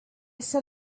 set